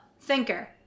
Thinker